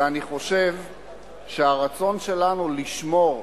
ואני חושב שהרצון שלנו לשמור,